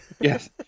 Yes